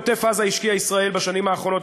בעוטף-עזה השקיעה ישראל בשנים האחרונות